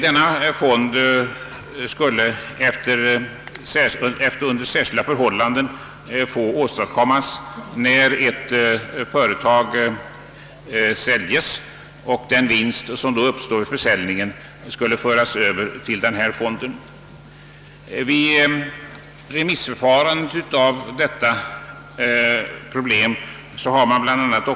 Denna fond skulle under särskilda förhållanden få bildas när ett företag säljes. Vinsten vid försäljningen skulle då få avsättas till denna fond. Vid remissförfarandet har bl.a.